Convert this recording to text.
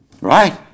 right